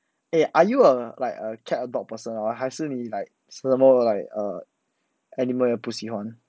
eh are you a like a cat or dog person or 还是你 like 什么 like err animal 也不喜欢